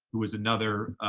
who was another,